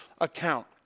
account